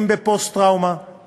אנחנו עוברים להודעת ועדת